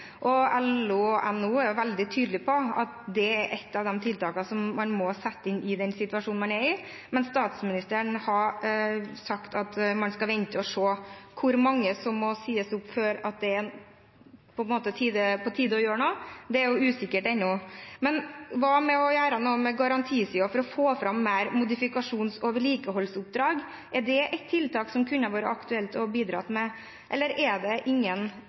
LO og NHO er veldig tydelige på at det er et av de tiltakene som man må sette inn i den situasjonen man er i, men statsministeren har sagt at man skal vente og se. Hvor mange som må sies opp før det er på tide å gjøre noe, er usikkert ennå. Men hva med å gjøre noe med garantisiden for å få fram flere modifikasjons- og vedlikeholdsoppdrag? Er det et tiltak det kunne vært aktuelt å bidra med, eller er det ingen